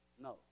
No